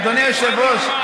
אדוני היושב-ראש,